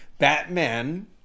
Batman